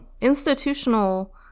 institutional